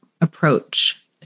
approach